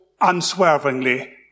unswervingly